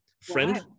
friend